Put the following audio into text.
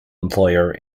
employer